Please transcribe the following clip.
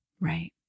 right